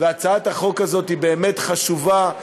הצעת החוק הזאת באמת חשובה,